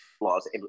laws